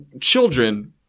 children